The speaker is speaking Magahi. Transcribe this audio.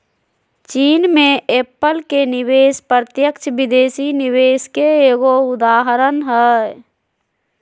चीन मे एप्पल के निवेश प्रत्यक्ष विदेशी निवेश के एगो उदाहरण हय